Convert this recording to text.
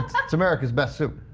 thats americas best soup.